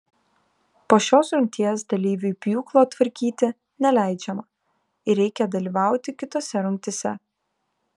po šios rungties dalyviui pjūklo tvarkyti neleidžiama ir reikia dalyvauti kitose rungtyse